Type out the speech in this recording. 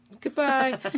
goodbye